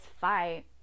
fight